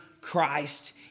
Christ